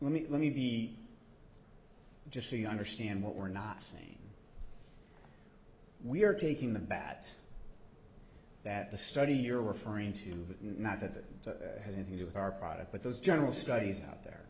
let me let me be just so you understand what we're not saying we're taking the bat that the study you're referring to not that it has to do with our product but those general studies out there